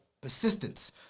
persistence